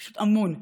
פשוט המון.